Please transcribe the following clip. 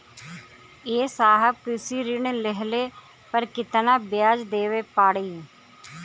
ए साहब कृषि ऋण लेहले पर कितना ब्याज देवे पणी?